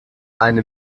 eine